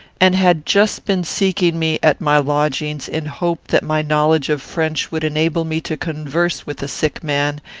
and had just been seeking me at my lodgings, in hope that my knowledge of french would enable me to converse with the sick man,